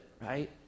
right